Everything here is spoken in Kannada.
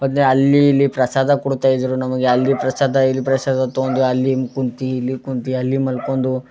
ಹೊದೆ ಅಲ್ಲಿ ಇಲ್ಲಿ ಪ್ರಸಾದ ಕೊಡ್ತಾಯಿದ್ದರು ನಮಗೆ ಅಲ್ಲಿ ಪ್ರಸಾದ ಇಲ್ಲಿ ಪ್ರಸಾದ ತೊಗೊಂಡು ಅಲ್ಲಿ ಕುಂತು ಇಲ್ಲಿ ಕುಂತು ಅಲ್ಲಿ ಮಲ್ಕೊಂಡು